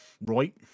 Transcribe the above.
right